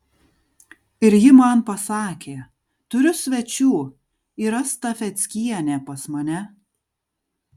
ir ji man pasakė turiu svečių yra stafeckienė pas mane